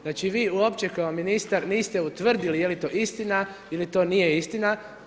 Znači vi uopće kao ministar niste utvrdili je li to istina ili to nije istina.